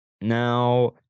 Now